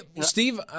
Steve